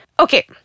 Okay